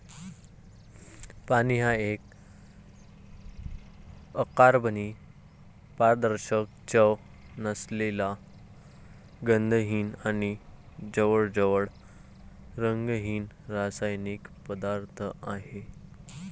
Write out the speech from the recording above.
पाणी हा एक अकार्बनी, पारदर्शक, चव नसलेला, गंधहीन आणि जवळजवळ रंगहीन रासायनिक पदार्थ आहे